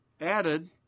added